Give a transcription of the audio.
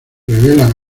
revelan